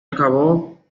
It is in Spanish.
acabó